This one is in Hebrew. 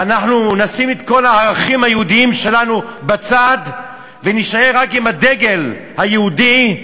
ואנחנו נשים את כל הערכים היהודיים שלנו בצד ונישאר רק עם הדגל היהודי,